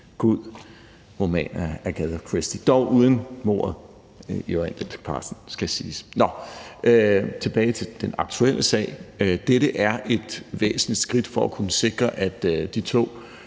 god roman af Agatha Christie, dog uden mordet i Orientekspressen skal det siges. Nå, tilbage til den aktuelle sag. Dette er et væsentligt skridt for at kunne sikre, at de to